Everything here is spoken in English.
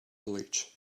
college